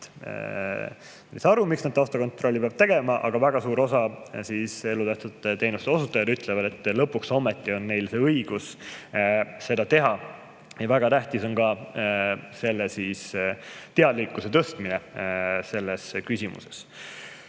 saa aru, miks nad taustakontrolli peavad tegema, aga väga suur osa elutähtsa teenuse osutajaid ütleb, et lõpuks ometi on neil õigus seda teha. Väga tähtis on ka teadlikkuse tõstmine selles küsimuses.